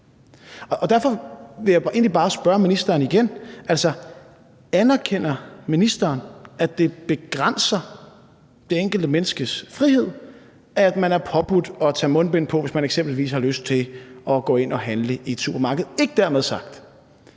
Derfor vil jeg egentlig bare spørge ministeren igen: Anerkender ministeren, at det begrænser det enkelte menneskes frihed, at man er påbudt at tage mundbind på, hvis man eksempelvis har lyst til at gå ind og handle i et supermarked? Ikke dermed sagt,